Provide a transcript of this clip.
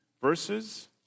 verses